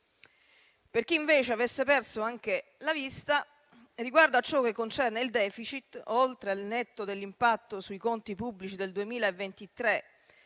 Per chi invece avesse perso anche la vista, riguardo a ciò che concerne il *deficit*, oltre al netto dell'impatto sui conti pubblici del 2023,